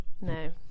no